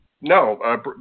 No